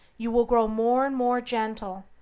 you will grow more and more gentle,